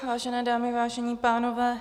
Vážené dámy, vážení pánové.